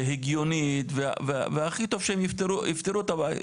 הגיונית והכי טוב שהם יפתרו את הבעיה.